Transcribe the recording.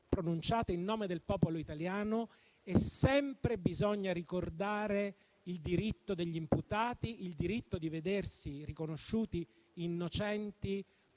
pronunciate in nome del popolo italiano e sempre bisogna ricordare il diritto degli imputati di vedersi riconosciuti innocenti